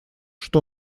что